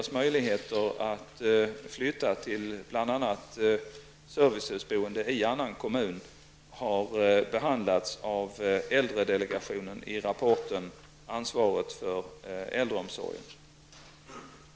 servicehusboende i annan kommun har behandlats av äldredelegationen i rapporten Ansvaret för äldreomsorgen .